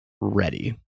ready